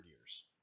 years